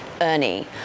Ernie